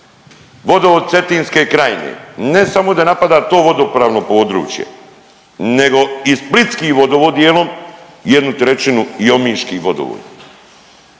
vodovod cetinske krajine ne samo da napada to vodopravno područje nego i splitski vodovod dijelom, 1/3 i omiški vodovod.